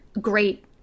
great